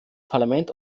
parlament